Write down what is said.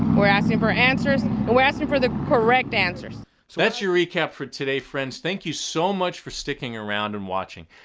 we're asking for answers, but we're asking for the correct answers. so that's your recap for today friends. thank you so much for sticking around and watching.